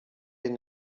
den